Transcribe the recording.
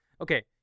Okay